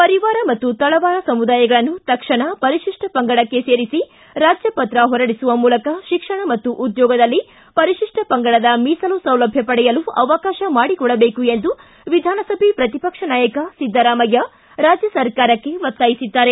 ಪರಿವಾರ ಮತ್ತು ತಳವಾರ ಸಮುದಾಯಗಳನ್ನು ತಕ್ಷಣ ಪರಿಶಿಷ್ಟ ಪಂಗಡಕ್ಕೆ ಸೇರಿಸಿ ರಾಜ್ಯಪತ್ರ ಹೊರಡಿಸುವ ಮೂಲಕ ಶಿಕ್ಷಣ ಮತ್ತು ಉದ್ಯೋಗದಲ್ಲಿ ಪರಿಶಿಷ್ಟ ಪಂಗಡದ ಮೀಸಲು ಸೌಲಭ್ಯ ಪಡೆಯಲು ಅವಕಾಶ ಮಾಡಿಕೊಡಬೇಕು ಎಂದು ವಿಧಾನಸಭೆ ಪ್ರತಿಪಕ್ಷ ನಾಯಕ ಸಿದ್ದರಾಮಯ್ಯ ರಾಜ್ಯ ಸರ್ಕಾರಕ್ಕೆ ಒತ್ತಾಯಿಸಿದ್ದಾರೆ